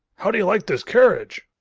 how do you like this carriage?